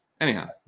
Anyhow